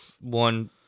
one